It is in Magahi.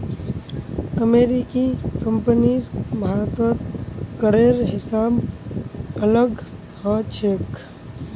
अमेरिकी कंपनीर भारतत करेर हिसाब अलग ह छेक